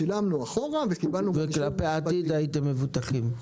שילמנו אחורה וקיבלנו --- וכלפי העתיד הייתם מבוטחים.